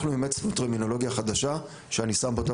אנחנו אימצנו טרמינולוגיה חדשה שאני אותה